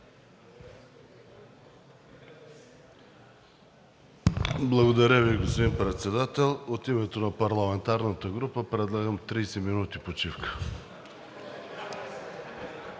Благодаря Ви, господин Председател. От името на парламентарната група предлагам 30 минути почивка.